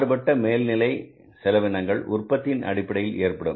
மாறுபட்ட மேல்நிலை செலவினங்கள் உற்பத்தியின் அடிப்படையில் ஏற்படும்